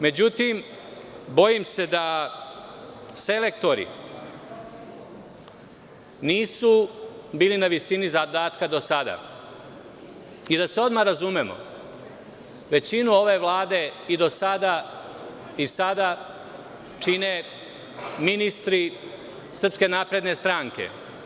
Međutim, bojim se da selektori nisu bili na visini zadatka do sada i da se odmah razumemo, većinu ove Vlade i do sada i sada čine ministri SNS.